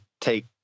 take